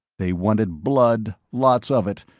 they wanted blood, lots of it,